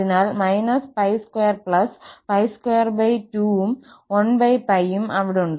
അതിനാൽ −𝜋2𝜋22 ഉം 1𝜋യും അവിടുണ്ട്